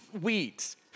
weeds